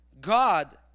god